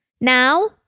Now